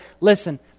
Listen